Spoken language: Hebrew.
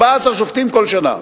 14 שופטים בכל שנה.